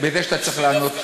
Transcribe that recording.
בזה שאתה צריך לענות.